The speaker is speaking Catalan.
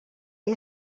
que